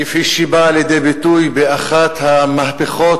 כפי שהיא באה לידי ביטוי באחת המהפכות